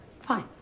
fine